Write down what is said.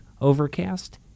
Overcast